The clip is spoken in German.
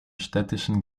städtischen